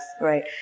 right